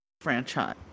franchise